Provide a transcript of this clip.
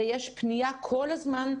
ויש פנייה כל הזמן.